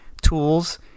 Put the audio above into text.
tools